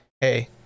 hey